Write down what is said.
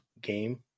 game